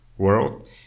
world